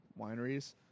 wineries